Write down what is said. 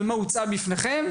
ומה הוצע בפניכם?